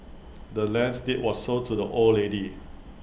the land's deed was sold to the old lady